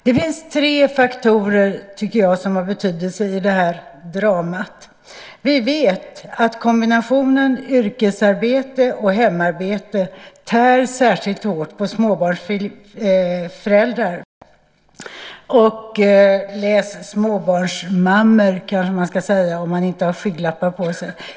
Det finns tre faktorer som har betydelse i det här dramat. Vi vet att kombinationen yrkesarbete och hemarbete tär särskilt hårt på småbarnsföräldrar - läs småbarnsmammor, kanske man ska säga om man inte har skygglappar på sig.